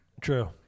True